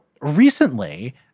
recently